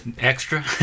extra